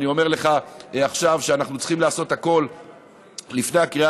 ואני אומר לך עכשיו שאנחנו צריכים לעשות הכול לפני הקריאה